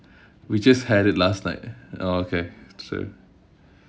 we just had it last night oh okay true